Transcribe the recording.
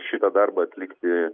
šitą darbą atlikti